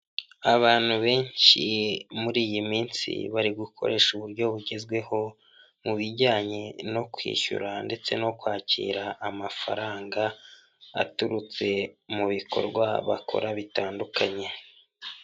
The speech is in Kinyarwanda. Hoteri nini iri mu bwoko bwa etaje igeretse gatatu yanditseho giriti apatimenti hoteri ivuze ko ari hoteri nziza irimo amacumbi akodeshwa.